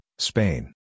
Spain